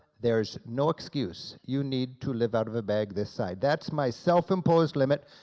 there's no excuse, you need to live out of a bag this size. that's my self-imposed limit,